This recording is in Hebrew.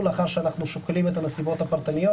לאחר שאנחנו שוקלים את הנסיבות הפרטניות.